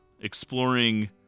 exploring